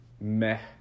meh